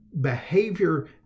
behavior